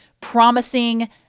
promising